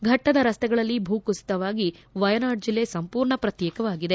ಫಟ್ಟದ ರಸ್ತೆಗಳಲ್ಲಿ ಭೂಕುಸಿತವಾಗಿ ವಯನಾಡ್ ಜಿಲ್ಲೆ ಸಂಪೂರ್ಣ ಪ್ರತ್ಲೇಕವಾಗಿದೆ